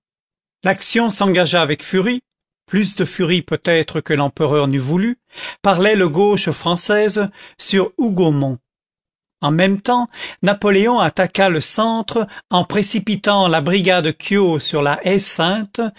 l'action s'engagea avec furie plus de furie peut-être que l'empereur n'eût voulu par l'aile gauche française sur hougomont en même temps napoléon attaqua le centre en précipitant la brigade quiot sur la